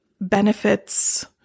benefits